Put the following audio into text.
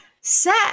set